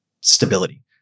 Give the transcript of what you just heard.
stability